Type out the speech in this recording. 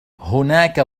هناك